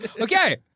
Okay